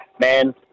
man